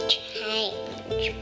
change